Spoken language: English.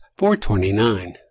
$4.29